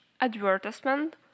advertisement